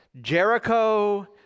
Jericho